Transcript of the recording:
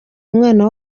umwana